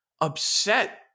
upset